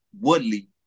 Woodley